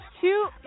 two